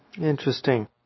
Interesting